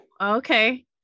Okay